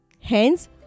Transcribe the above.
Hence